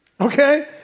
Okay